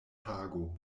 hago